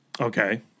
Okay